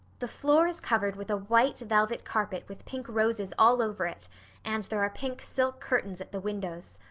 the floor is covered with a white velvet carpet with pink roses all over it and there are pink silk curtains at the windows.